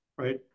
Right